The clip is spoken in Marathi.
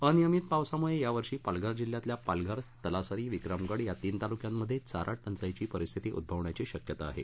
अनियमित पावसामुळे यावर्षी पालघर जिल्ह्यातल्या पालघरतलासरीविक्रमगड या तीन तालुक्यांत चारा टंचाईची परिस्थिती उद्भवण्याची शक्यता आहे